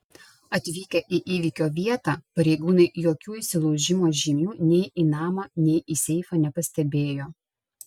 atvykę į įvykio vietą pareigūnai jokių įsilaužimo žymių nei į namą nei į seifą nepastebėjo